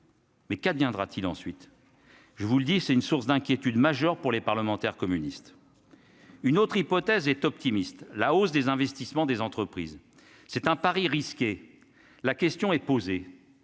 Mais qu'adviendra-t-il ensuite, je vous le dis, c'est une source d'inquiétude majeure pour les parlementaires communistes. Une autre hypothèse est optimiste : la hausse des investissements des entreprises, c'est un pari risqué, la question est posée